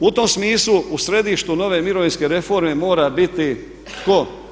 U tom smislu u središtu nove mirovinske reforme mora biti tko?